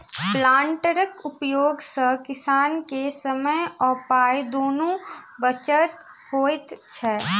प्लांटरक उपयोग सॅ किसान के समय आ पाइ दुनूक बचत होइत छै